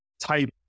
type